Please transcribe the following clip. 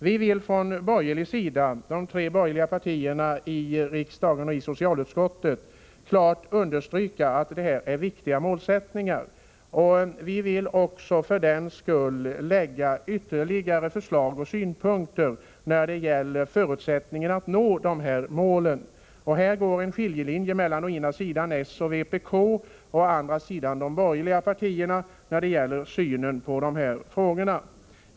Vi vill från de tre borgerliga partierna i riksdagen och i socialutskottet klart understryka att detta är viktiga målsättningar, och vi vill för den skull föra fram ytterligare förslag och synpunkter när det gäller förutsättningarna att nå målen. I fråga om synen på de här frågorna går det en skiljelinje mellan å ena sidan s och vpk och å andra sidan de borgerliga partierna.